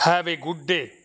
have a good day